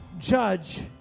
Judge